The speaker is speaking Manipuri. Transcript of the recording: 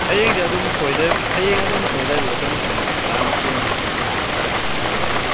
ꯍꯌꯦꯡꯁꯦ ꯑꯗꯨꯝ ꯁꯣꯏꯗ꯭ꯔꯦ ꯍꯌꯦꯡ ꯑꯗꯨꯝ ꯁꯣꯏꯗꯕꯤꯗ ꯑꯗꯨꯝ ꯄꯨꯡ ꯇꯔꯥꯃꯥꯊꯣꯏ ꯃꯈꯥꯏ ꯁ꯭ꯋꯥꯏꯗ ꯑꯗꯨꯝ ꯀꯣꯛ ꯌꯧꯕꯤꯔꯛꯑꯣ